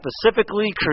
specifically